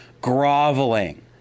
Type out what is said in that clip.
Groveling